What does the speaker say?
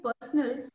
personal